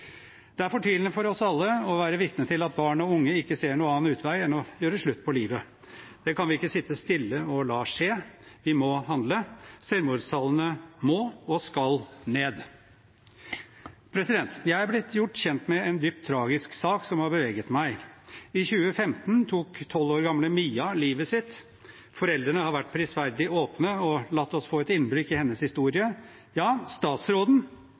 Det er fortvilende for oss alle å være vitne til at barn og unge ikke ser noen annen utvei enn å gjøre slutt på livet. Det kan vi ikke sitte stille og la skje, vi må handle. Selvmordstallene må og skal ned. Jeg er blitt gjort kjent med en dypt tragisk sak som har beveget meg. I 2015 tok tolv år gamle Mia livet sitt. Foreldrene har vært prisverdig åpne og har latt oss få et innblikk i hennes historie. Statsråden